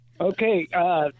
Okay